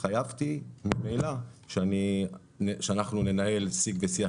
התחייבתי ממילא שאנחנו ננהל שיג ושיח